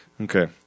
Okay